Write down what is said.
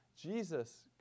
Jesus